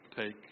take